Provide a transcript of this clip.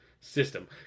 system